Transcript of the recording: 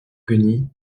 guenilles